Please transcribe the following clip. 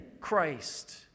Christ